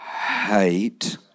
hate